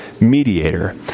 mediator